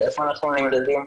איפה אנחנו נמדדים?